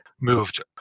moved